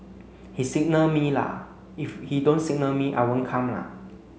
he signal me la if he don't signal me I won't come la